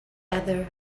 other